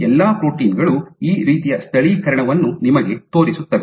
ಈ ಎಲ್ಲಾ ಪ್ರೋಟೀನ್ ಗಳು ಈ ರೀತಿಯ ಸ್ಥಳೀಕರಣವನ್ನು ನಿಮಗೆ ತೋರಿಸುತ್ತವೆ